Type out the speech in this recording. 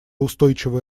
устойчивое